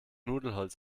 nudelholz